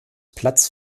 platz